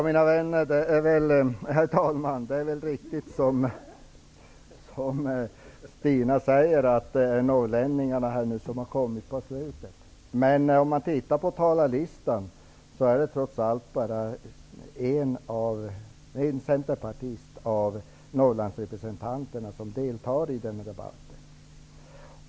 Herr talman! Det är riktigt, som Stina Eliasson säger, att norrlänningarna har kommit på slutet. Men om man tittar på talarlistan finner man att det trots allt bara är en centerpartist av de borgerliga Norrlandsrepresentanterna som deltar i debatten.